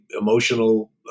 emotional